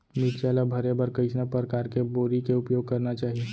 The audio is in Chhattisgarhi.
मिरचा ला भरे बर कइसना परकार के बोरी के उपयोग करना चाही?